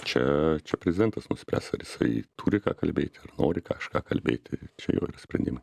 čia prezidentas nuspręs ar jisai turi ką kalbėti ar nori kažką kalbėti čia jo yra sprendimai